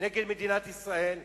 נגד מדינת ישראל,